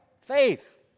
Faith